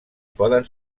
poden